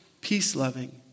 peace-loving